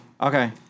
Okay